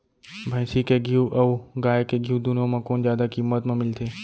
भैंसी के घीव अऊ गाय के घीव दूनो म कोन जादा किम्मत म मिलथे?